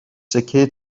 سکه